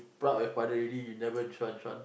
proud your father already you never this one this one